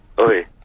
Oi